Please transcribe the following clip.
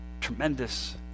tremendous